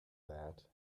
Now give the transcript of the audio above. that